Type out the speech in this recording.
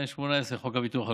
218 לחוק הביטוח הלאומי,